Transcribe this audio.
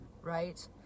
Right